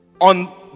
On